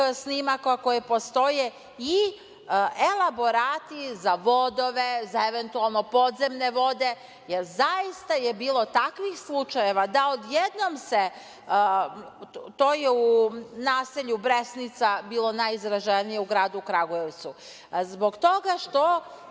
snimaka koji postoje i elaborati za vodove, za eventualno podzemne vode, jer zaista je bilo takvih slučajeva da se odjednom, to je u naselju Bresnica bilo najizraženije u gradu Kragujevcu, zbog toga što